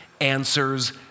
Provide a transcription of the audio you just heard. answers